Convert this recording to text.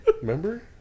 Remember